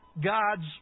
God's